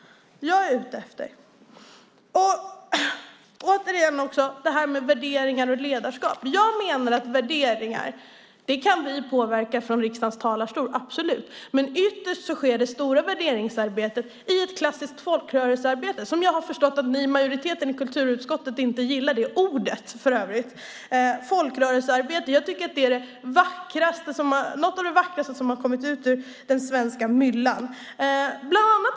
När det gäller värderingar och ledarskap menar jag att värderingar kan vi påverka från riksdagens talarstol, absolut, men ytterst sker det stora värderingsarbetet i form av klassiskt folkrörelsearbete. Jag har förstått att majoriteten i kulturutskottet för övrigt inte gillar ordet folkrörelsearbete. Jag tycker att det är något av det vackraste som kommit upp ur den svenska myllan.